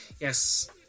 yes